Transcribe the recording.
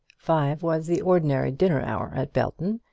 five was the ordinary dinner hour at belton,